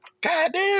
goddamn